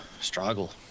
struggle